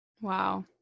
Wow